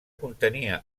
contenia